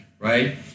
right